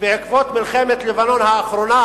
שבעקבות מלחמת לבנון האחרונה,